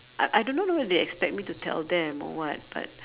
I I don't know know whether they expect me to tell them or what but